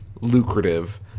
lucrative